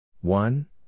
one